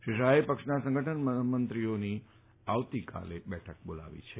શ્રી શાહે પક્ષના સંગઠન મહામંત્રીઓની આવતીકાલે પણ બેઠક બોલાવી છે